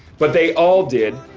but they all did.